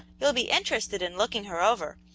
you'll be interested in looking her over,